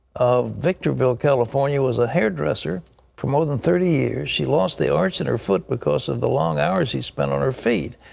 of victorville, california, was a hairdresser for more than thirty years. she lost the arch in her foot because of the long hours she spent on her feet.